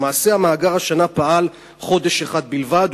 למעשה, השנה המאגר פעל חודש אחד בלבד.